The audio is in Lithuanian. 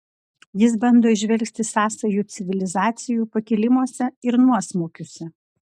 jis bando įžvelgti sąsajų civilizacijų pakilimuose ir nuosmukiuose